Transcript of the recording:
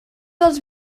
dels